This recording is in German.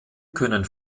können